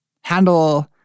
handle